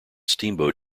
steamboat